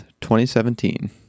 2017